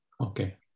Okay